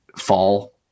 fall